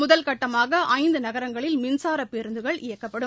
முதல்கட்டமாக ஐந்து நகரங்களில் மின்சார பேருந்துகள் இயக்கப்படும்